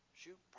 shoot